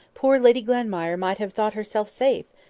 poor lady glenmire might have thought herself safe,